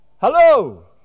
Hello